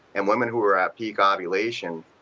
and women who are at peak ah ovulation